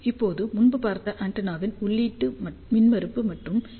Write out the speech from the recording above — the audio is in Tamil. இப்போது முன்பு பார்த்த ஆண்டெனாவின் உள்ளீட்டு மின்மறுப்பு மற்றும் வி